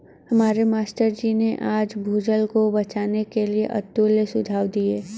हमारे मास्टर जी ने आज भूजल को बचाने के लिए अतुल्य सुझाव दिए